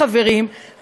חברים,